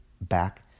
back